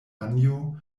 anjo